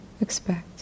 expect